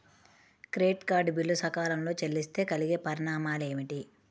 Credit card bill సకాలంలో చెల్లిస్తే కలిగే పరిణామాలేమిటి?